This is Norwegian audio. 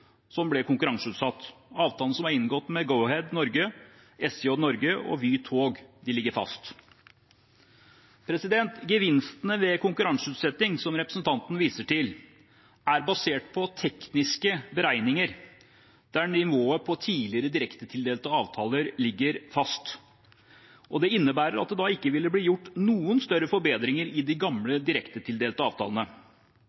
som ble konkurranseutsatt. Avtalene som er inngått med Go-Ahead Norge, SJ Norge og Vy tog, ligger fast. Gevinstene ved konkurranseutsetting som representanten viser til, er basert på tekniske beregninger der nivået på tidligere direktetildelte avtaler ligger fast. Det innebærer at det ikke ville bli gjort noen større forbedringer i de gamle